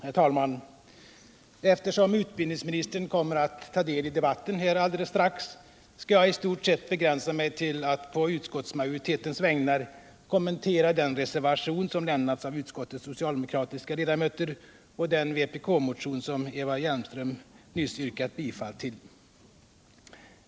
Herr talman! Eftersom utbildningsminisern alldeles strax kommer att ta deli debatten skall jag i stort sett inskränka mig till att på utskottsmajoritetens vägnar kommentera den reservation som avgivits av utskottets socialdemokratiska ledamöter och den vpk-motion som Eva Hjelmström nyss yrkade bifall till.